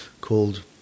called